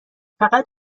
فقط